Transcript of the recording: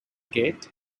gate